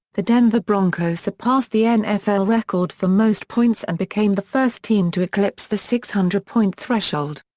the denver broncos surpassed the nfl record for most points and became the first team to eclipse the six hundred point threshold.